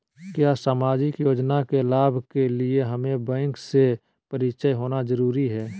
क्या सामाजिक योजना के लाभ के लिए हमें बैंक से परिचय होना जरूरी है?